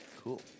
Cool